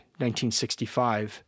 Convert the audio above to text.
1965